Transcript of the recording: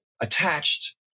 attached